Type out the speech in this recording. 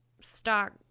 stock